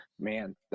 man